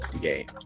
game